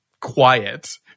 quiet